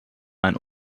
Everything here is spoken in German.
ein